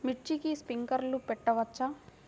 మిర్చికి స్ప్రింక్లర్లు పెట్టవచ్చా?